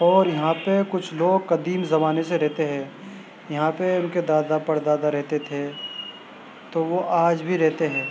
اور یہاں پہ کچھ لوگ قدیم زمانے سے رہتے ہے یہاں پہ ان کے دادا پردادا رہتے تھے تو وہ آج بھی رہتے ہے